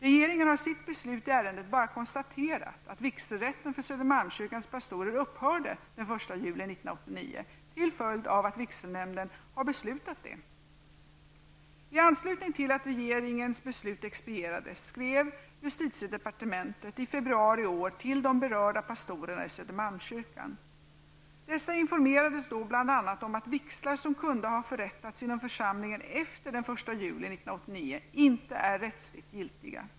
Regeringen har i sitt beslut i ärendet bara konstaterat att vigselrätten för 1989 till följd av att vigselnämnden har beslutat det. I anslutning till att regeringens beslut expedierades, skrev justitiedepartementet i februari i år till de berörda pastorerna i Södermalmskyrkan. Dessa informerades då bl.a. om att vigslar som kunde ha förrättats inom församlingen efter den 1 juli 1989 inte är rättsligt giltiga.